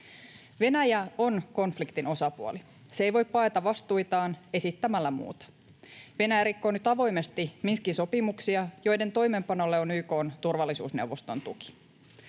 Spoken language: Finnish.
Venäjä on konfliktin osapuoli. Se ei voi paeta vastuitaan esittämällä muuta. Venäjä rikkoo nyt avoimesti Minskin sopimuksia, joiden toimeenpanolle on YK:n turvallisuusneuvoston tuki.